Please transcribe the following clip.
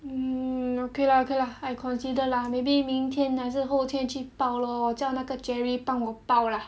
mmhmm okay lah okay lah I consider lah maybe 明天还是后天去报 lor 叫那个 jerry 帮我报 lah